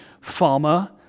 farmer